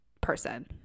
person